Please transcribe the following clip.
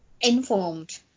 Informed